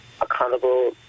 accountable